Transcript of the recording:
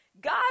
God